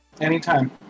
Anytime